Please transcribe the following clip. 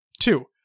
Two